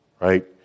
right